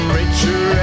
richer